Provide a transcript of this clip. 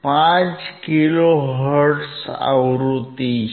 5 kilohertz આવૃતિ છે